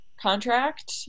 contract